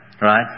right